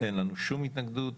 אין לנו שום התנגדות,